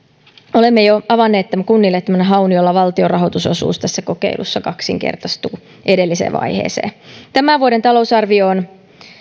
olemme jo avanneet kunnille tämmöisen haun jolla valtion rahoitusosuus tässä kokeilussa kaksinkertaistuu edelliseen vaiheeseen verrattuna tämän vuoden talousarvioon